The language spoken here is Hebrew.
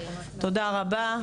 תודה רבה.